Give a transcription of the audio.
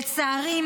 לצערי,